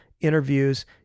interviews